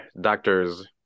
doctor's